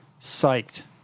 psyched